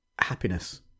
happiness